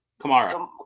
Kamara